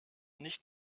nicht